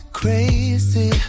crazy